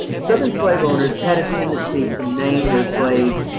and southern slave owners had a tendency to name their slaves,